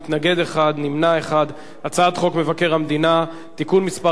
ההצעה להעביר את הצעת חוק מבקר המדינה (תיקון מס'